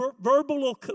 verbal